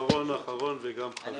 אחרון אחרון וגם חביב.